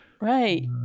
Right